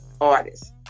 artists